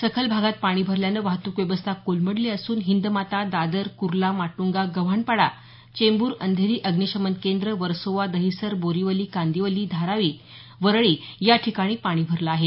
सखल भागात पाणी भरल्यानं वाहतूक व्यवस्था कोलमडली असून हिंदमाता दादर कुर्ला माटुंगा गव्हाणपाडा चेंबूर अंधेरी अग्निशमन केंद्र वर्सोवा दहिसर बोरिवली कांदिवली धारावी वरळी या ठिकाणी पाणी भरलं आहे